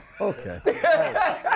Okay